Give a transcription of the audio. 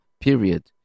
period